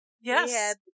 yes